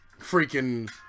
freaking